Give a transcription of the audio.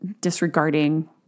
disregarding